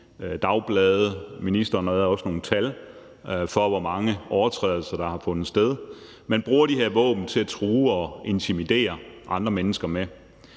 havde også nogle tal for, hvor mange overtrædelser der har fundet sted – til at true og intimidere andre mennesker med.